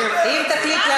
מה